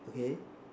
okay